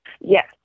Yes